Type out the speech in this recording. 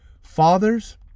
Fathers